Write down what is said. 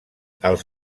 els